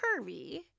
curvy –